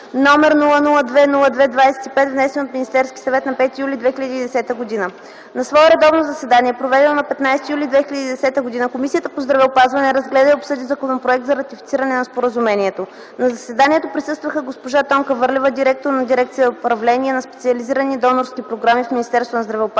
№ 002-02-25, внесен от Министерския съвет на 5 юли 2010 г. На свое редовно заседание, проведено на 15 юли 2010 г., Комисията по здравеопазването разгледа и обсъди Законопроекта за ратифициране на споразумението. На заседанието присъстваха госпожа Тонка Върлева – директор на Дирекция „Управление на специализирани донорски програми” в Министерството на здравеопазването,